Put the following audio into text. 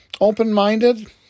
open-minded